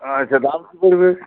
আচ্ছা দাম কী পড়বে